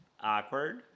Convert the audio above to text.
awkward